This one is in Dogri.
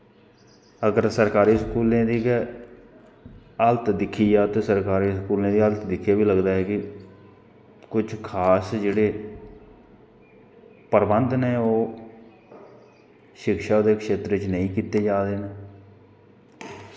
अगर सरकारी स्कूलें दी गै हाल्त दिक्खी जा ते सरकारी स्कूलें दा हाल्त दिक्खियै लगदा ऐ कि कुछ खास जेह्ड़े प्रबंध नै ओह् शिक्षा ते खेत्तर च नेंई कीते जा दे न